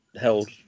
held